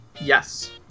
Yes